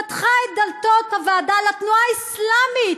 פתחה את דלתות הוועדה לתנועה האסלאמית,